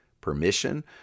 permission